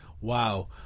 wow